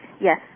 Yes